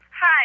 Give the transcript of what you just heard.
Hi